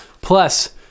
Plus